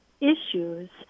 issues